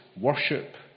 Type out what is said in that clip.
worship